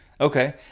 Okay